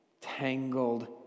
tangled